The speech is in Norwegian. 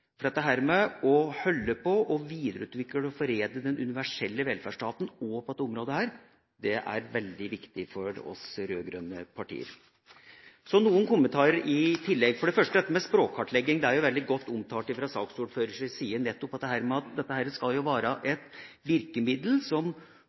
side. Dette med å holde på, videreutvikle og foredle den universelle velferdsstaten også på dette området er veldig viktig for oss rød-grønne partier. Så noen kommentarer i tillegg. For det første dette med språkkartlegging: Det er jo veldig godt omtalt fra saksordførerens side at dette skal